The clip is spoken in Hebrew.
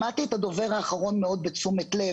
שמעתי את הדובר האחרון בתשומת לב,